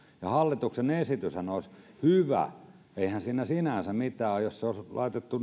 hallituksen esityshän olisi hyvä eihän siinä sinänsä mitään jos se olisi laitettu